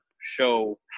show